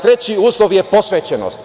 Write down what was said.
Treći uslov je posvećenost.